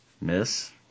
Miss